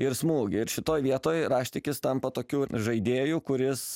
ir smūgį ir šitoj vietoj raštikis tampa tokiu žaidėju kuris